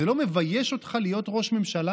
זה לא מבייש אותך להיות ראש ממשלה,